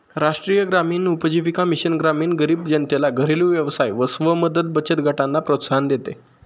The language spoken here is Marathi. राष्ट्रीय ग्रामीण उपजीविका मिशन ग्रामीण गरीब जनतेला घरेलु व्यवसाय व स्व मदत बचत गटांना प्रोत्साहन देते